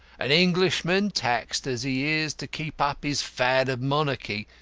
an englishman, taxed as he is to keep up his fad of monarchy,